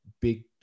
big